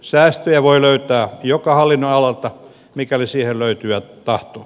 säästöjä voi löytää joka hallinnonalalta mikäli siihen löytyy tahtoa